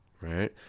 right